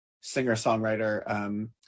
singer-songwriter